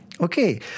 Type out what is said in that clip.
Okay